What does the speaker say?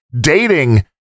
dating